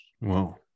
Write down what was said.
Wow